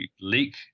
leak